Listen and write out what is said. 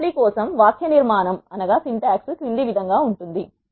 లాప్లీ కోసం వాక్యనిర్మాణం క్రింది విధంగా ఉంది